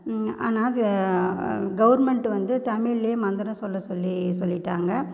ஆனால் அது கவர்மெண்ட் வந்து தமிழ்லயே மந்திரம் சொல்ல சொல்லி சொல்லிட்டாங்க